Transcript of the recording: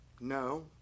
No